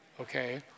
Okay